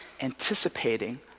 anticipating